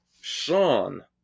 Sean